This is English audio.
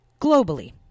globally